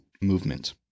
movement